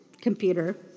computer